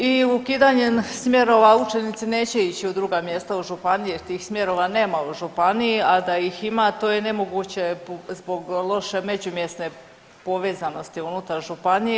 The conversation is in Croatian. I ukidanjem smjerova učenici neće ići u druga mjesta u županiji, jer tih smjerova nema u županiji, a da ih ima to je nemoguće zbog loše međumjesne povezanosti unutar županije.